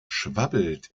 schwabbelt